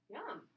Yum